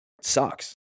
Sucks